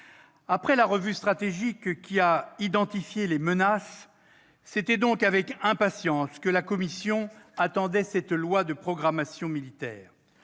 Après la « revue stratégique » qui a identifié les menaces, c'était avec impatience que la commission attendait ce projet de loi de programmation militaire.